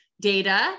data